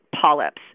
polyps